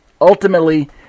Ultimately